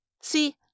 See